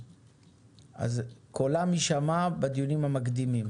קולם יישמע בדיונים המקדימים.